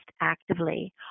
actively